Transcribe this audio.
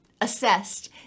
assessed